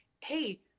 hey